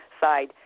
side